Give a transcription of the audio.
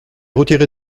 retirée